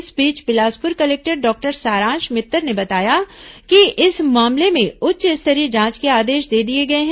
इस बीच Bilaspur collector doctor Saransh Mittar ने बताया कि इस मामले में उच्च स्तरीय जांच के आदेश दे दिए गए हैं